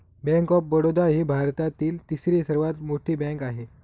bank of Baroda ही भारतातील तिसरी सर्वात मोठी बँक आहे